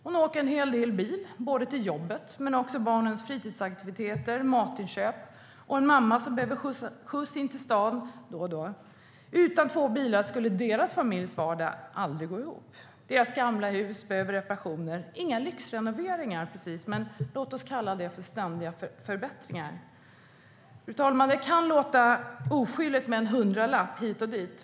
Hon åker en hel del bil - till jobbet, till barnens fritidsaktiviteter, för matinköp och med en mamma som behöver skjuts in till stan då och då. Utan två bilar skulle deras familjs vardag aldrig gå ihop. Dessutom behöver deras gamla hus reparationer. Det är inte precis fråga om några lyxrenoveringar - låt oss kalla det för ständiga förbättringar. Fru talman! Det kan låta oskyldigt med en hundralapp hit eller dit.